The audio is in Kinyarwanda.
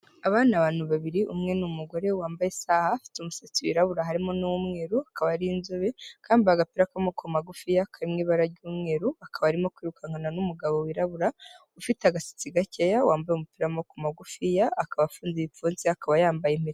Aba ni abantu babiri umwe n'umugore wambaye isaha afite umusatsi wirabura harimo n'uwumweru, akaba ari inzobe, akaba yambaye agapira k'amaboko magufi kari mu ibara ry'umweru, akaba arimo kwirukankana n'umugabo wirabura ufite agasatsi gakeya wambaye umupira w'amaboko magufiya, akaba afunze ibipfunsi akaba yambaye impeta.